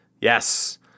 yes